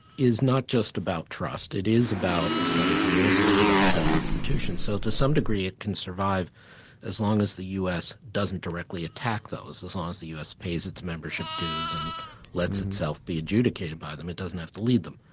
is not just about trust. it is about a set of rules, it is about a set of institutions, so to some degree it can survive as long as the u s. doesn't directly attack those, as long as the u s. pays its membership dues and lets itself be adjudicated by them. it doesn't have to lead them.